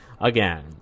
again